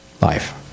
life